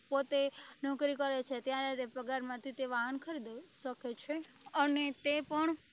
પોતે નોકરી કરે છે ત્યારે તે પગારમાંથી તે વાહન ખરીદી શકે છે અને તે પણ